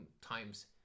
times